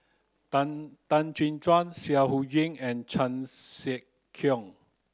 Tan Tan Chin Tuan Seah Eu Chin and Chan Sek Keong